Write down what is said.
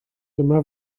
dyma